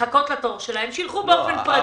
לחכות לתור שלהם, שילכו באופן פרטי.